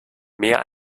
mehr